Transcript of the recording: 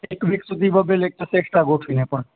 એક વીક સુધી બબ્બે લેક્ચર્સ એકસ્ટ્રા ગોઠવીને પણ